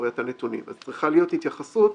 לדעתי,